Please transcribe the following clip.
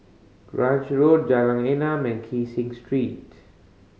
Grange Road Jalan Enam and Kee Street